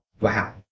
wow